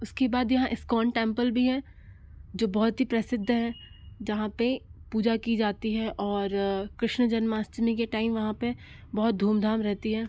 उसके बाद यहाँ इस्कॉन टेंपल भी हैं जो बहुत ही प्रसिद्ध हैं जहाँ पर पूजा की जाती है और कृष्ण जन्माष्टमी के टाइम वहाँ पर बहुत धूमधाम रहती हैं